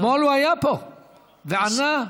אתמול הוא היה פה וענה והשיב.